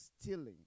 stealing